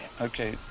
Okay